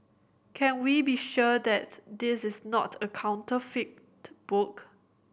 can we be sure that this is not a counterfeit book